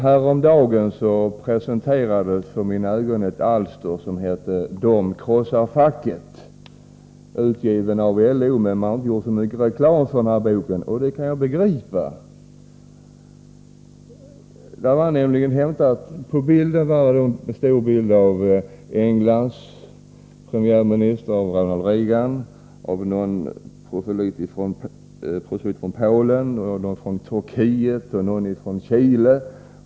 Häromdagen presenterades för mig ett alster som heter De krossar facket, utgivet av LO. Man har inte gjort så mycket reklam för denna bok, och det kan jag begripa. Där finns en stor bild på Englands premiärminister, Ronald Reagan, någon proselyt från Polen, någon från Turkiet och någon från Chile.